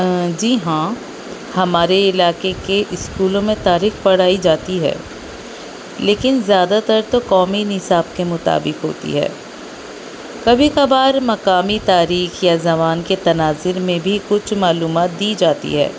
جی ہاں ہمارے علاقے کے اسکولوں میں تاریخ پڑھائی جاتی ہے لیکن زیادہ تر تو قومی نصاب کے مطابق ہوتی ہے کبھی کبھار مقامی تاریخ یا زبان کے تناظر میں بھی کچھ معلومات دی جاتی ہے